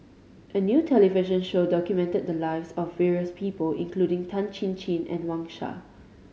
a new television show documented the lives of various people including Tan Chin Chin and Wang Sha